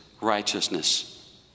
righteousness